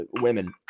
women